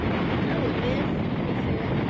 don't know it, miss, he said.